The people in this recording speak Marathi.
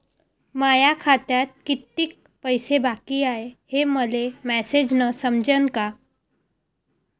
माया खात्यात कितीक पैसे बाकी हाय हे मले मॅसेजन समजनं का?